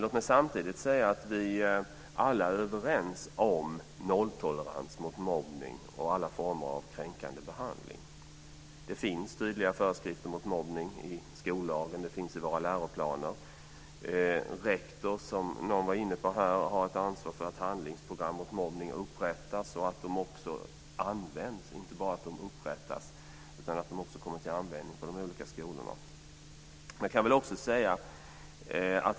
Låt mig samtidigt säga att vi alla är överens om nolltolerans mot mobbning och alla former av kränkande behandling. Det finns tydliga föreskrifter mot mobbning i skollagen och i våra läroplaner. Rektor, som någon var inne på, har ett ansvar för att handlingsprogram mot mobbning upprättas och att de också används i de olika skolorna och inte bara upprättas.